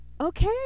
okay